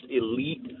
elite